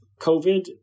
COVID